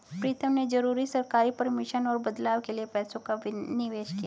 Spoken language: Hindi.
प्रीतम ने जरूरी सरकारी परमिशन और बदलाव के लिए पैसों का निवेश किया